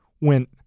went